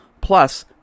Plus